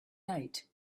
night